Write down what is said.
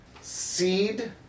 seed